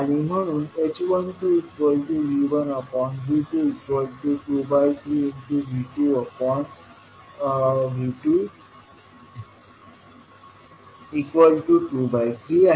आणि म्हणून h12V1V223V2V223 आहे